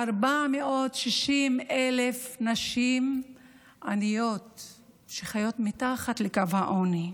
מ-460,000 נשים עניות שחיות מתחת לקו העוני,